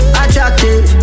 attractive